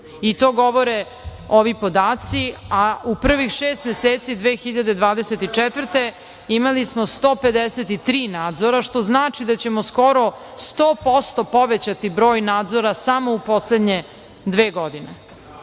i to govore ovi podaci.U prvih šest meseci 2024. godine imali smo 153 nadzora, što znači da ćemo skoro 100% povećati broj nadzora samo u poslednje dve godine.